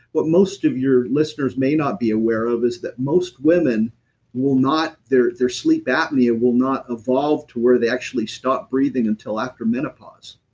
what most of your listeners may not be aware of, is that most women will not, their their sleep apnea will not evolve to where they actually stop breathing until after menopause.